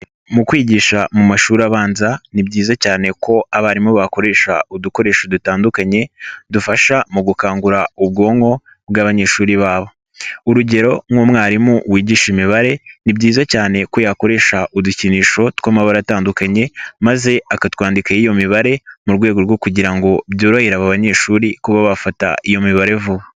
Mu kwigisha mu mashuri abanza ni byiza cyane ko abarimu bakoresha udukoresho dutandukanye, dufasha mu gukangura ubwonko bw'abanyeshuri babo. Uugero nk'umwarimu wigisha imibare ni byiza cyane ko yakoresha udukinisho tw'amabara atandukanye maze akatwandikaho iyo mibare mu rwego rwo kugira ngo byoroherere aba abana ba banyeshuri kuba bafata iyo mibare vuba.